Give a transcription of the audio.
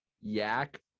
yak